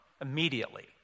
immediately